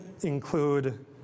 include